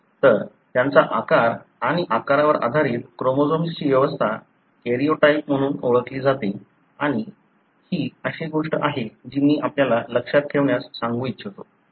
तर त्यांच्या आकार आणि आकारावर आधारित क्रोमोझोम्सची ही व्यवस्था कॅरियोटाइप म्हणून ओळखली जाते आणि ही अशी गोष्ट आहे जी मी आपल्याला लक्षात ठेवण्यास सांगू इच्छितो